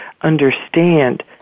understand